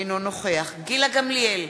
אינו נוכח גילה גמליאל,